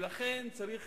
לכן צריך